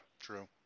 true